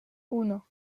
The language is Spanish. uno